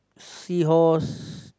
sea horse